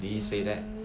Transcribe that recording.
did he say that